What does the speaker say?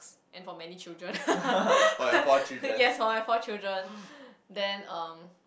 and for many children yes I have four children then um